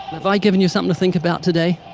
have i given you something to think about today?